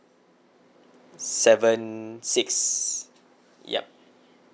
seven six yup